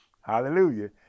hallelujah